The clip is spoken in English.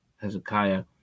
Hezekiah